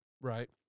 Right